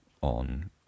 on